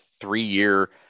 three-year